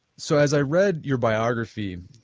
so, as i read your biography,